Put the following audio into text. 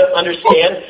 understand